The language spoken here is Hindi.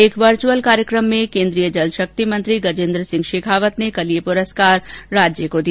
एक वर्चुअल कार्यक्रम में केंद्रीय जल शक्ति मंत्री गजेन्द्र सिंह शेखावत ने कल यह पुरस्कार राज्य को दिया